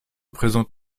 présente